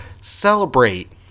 celebrate